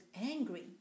angry